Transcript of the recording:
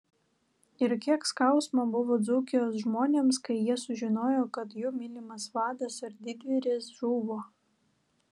ir kiek skausmo buvo dzūkijos žmonėms kai jie sužinojo kad jų mylimas vadas ir didvyris žuvo